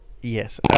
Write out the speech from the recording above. yes